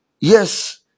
Yes